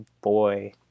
boy